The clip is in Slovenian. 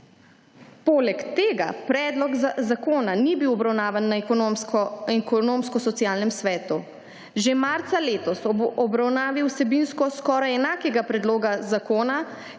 Poleg tega predlog zakona ni bil obravnavan na Ekonomsko-socialnem svetu. Že marca letos ob obravnavi vsebinsko skoraj enakega predloga zakona,